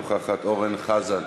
אינה נוכחת, אורן חזן,